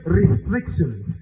restrictions